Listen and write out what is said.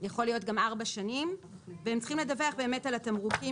יכול להיות גם ארבע שנים והם צריכים לדווח באמת על התמרוקים